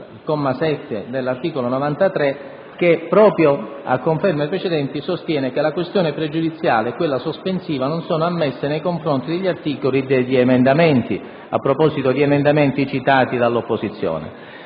dal comma 7 dell'articolo 93 del Regolamento, che, proprio a conferma dei precedenti, sostiene che «La questione pregiudiziale e quella sospensiva non sono ammesse nei confronti degli articoli e degli emendamenti», a proposito di emendamenti citati dall'opposizione.